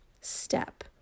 step